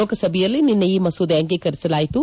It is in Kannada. ಲೋಕಸಭೆಯಲ್ಲಿ ನಿನ್ನೆ ಈ ಮಸೂದೆ ಅಂಗೀಕರಿಸಲಾಯಿತು